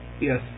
yes